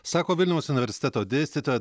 sako vilniaus universiteto dėstytoja